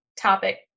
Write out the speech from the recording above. topic